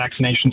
vaccinations